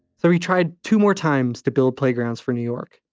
so he tried two more times to build playgrounds for new york.